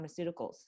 Pharmaceuticals